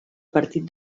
partit